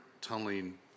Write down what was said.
tunneling